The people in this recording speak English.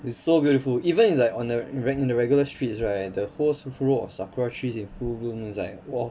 it's so beautiful even if it's like on a re~ in the regular streets right the whole row of sakura trees in full bloom is like !wow!